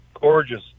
gorgeous